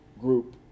group